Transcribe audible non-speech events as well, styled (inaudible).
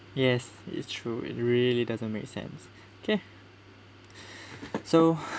yes it's true it really doesn't make sense okay (breath) so